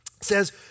says